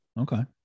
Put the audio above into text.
okay